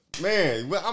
man